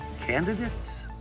candidates